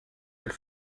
elle